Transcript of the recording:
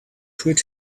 quit